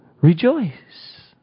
rejoice